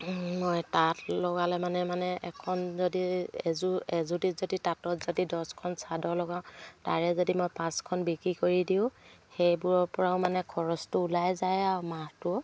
মই তাঁত লগালে মানে মানে এখন যদি এযোৰ এযোটিত যদি তাঁতত যদি দছখন চাদৰ লগাওঁ তাৰে যদি মই পাঁচখন বিক্ৰী কৰি দিওঁ সেইবোৰৰ পৰাও মানে খৰচটো ওলাই যায় আৰু মাহটো